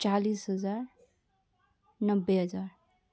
चालिस हजार नब्बे हजार